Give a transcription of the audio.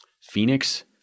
Phoenix